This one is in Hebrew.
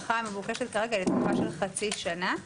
ההארכה המבוקשת כרגע היא לתקופה של חצי שנה.